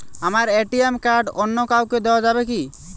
আমার ATM card অন্য কাউকে দেওয়া যাবে কি?